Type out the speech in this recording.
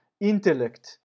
intellect